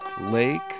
Lake